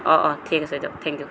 অঁ অঁ ঠিক আছে দিয়ক থেংকিউ